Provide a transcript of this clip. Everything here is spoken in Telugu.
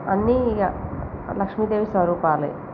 అన్నీ ఇంక లక్ష్మీదేవి స్వరూపాలే